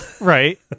Right